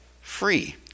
free